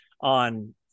on